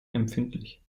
empfindlich